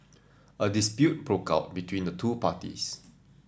a dispute broke out between the two parties